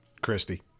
christy